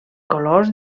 colors